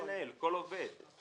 לאו דווקא מנהל, כל עובד.